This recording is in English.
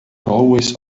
always